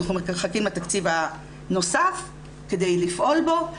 אנחנו מחכים לתקציב הנוסף כדי לפעול בו,